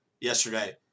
yesterday